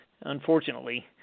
unfortunately